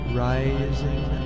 rising